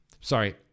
Sorry